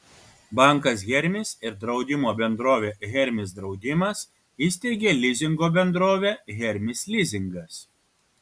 bankas hermis ir draudimo bendrovė hermis draudimas įsteigė lizingo bendrovę hermis lizingas